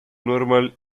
normal